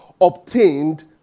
obtained